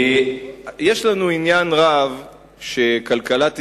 יש לנו עניין רב שכלכלת ישראל,